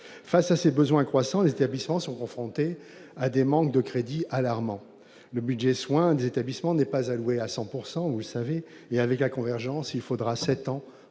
face à ces besoins croissants, les établissements sont confrontés à des manques de crédits alarmants. Le budget « soins » des établissements n'est pas alloué à l00 %; avec la convergence, il faudra sept ans